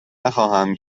نخواهم